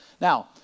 Now